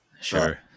Sure